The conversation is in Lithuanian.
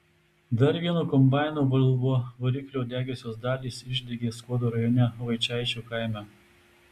dar vieno kombaino volvo variklio degiosios dalys išdegė skuodo rajone vaičaičių kaime